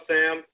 Sam